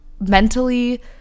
mentally